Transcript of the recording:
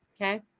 Okay